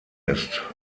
ist